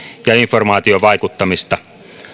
ja informaatiovaikuttamista